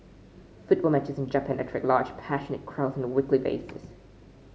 football matches in Japan attract large passionate crowds on a weekly basis